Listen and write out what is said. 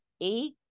eight